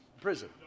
prison